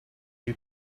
you